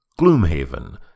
Gloomhaven